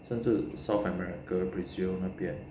甚至 south america brazil 那边